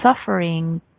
suffering